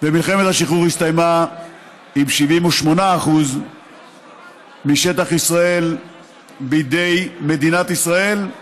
מלחמת השחרור הסתיימה עם 78% משטח ישראל בידי מדינת ישראל,